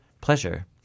pleasure